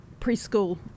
preschool